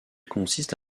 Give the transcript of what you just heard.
consiste